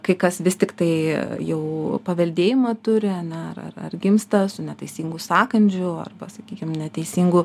kai kas vis tiktai jau paveldėjimą turi ar ne ar ar gimsta su neteisingu sąkandžiu arba sakykim neteisingu